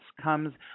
comes